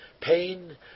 pain